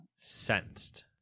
sensed